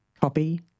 copy